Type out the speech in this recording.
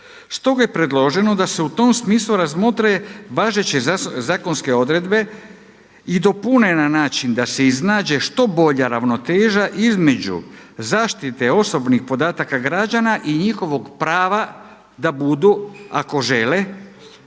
Stoga je predloženo da se u tom smislu razmotre važeće zakonske odredbe i dopune na način da se iznađe što bolja ravnoteža između zaštite osobni podataka građana i njihovog prava da budu ako žele